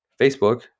Facebook